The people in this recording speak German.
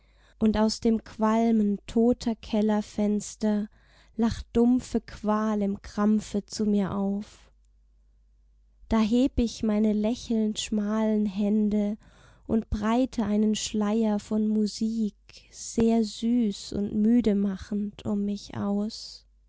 und aus dem qualmen toter kellerfenster lacht dumpfe qual im krampfe zu mir auf da heb ich meine lächelnd schmalen hände und breite einen schleier von musik sehr süß und müde machend um mich aus